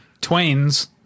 Twain's